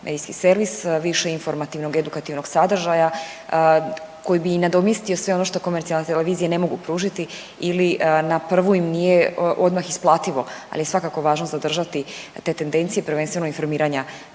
medijski servis, više informativnog i edukativnog sadržaja koji bi i nadomjestio sve ono što komercijalne televizije ne mogu pružiti ili na prvu im nije odmah isplativo, ali je svakako važno zadržati te tendencije prvenstveno informiranja